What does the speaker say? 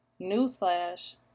Newsflash